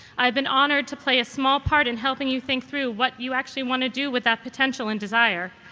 i've been honored to play a small part in helping you think through what you actually want to do with that potential and desire.